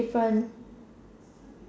different